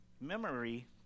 Memory